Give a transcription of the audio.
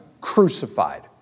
crucified